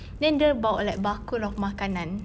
then dia bawa like bakul of makanan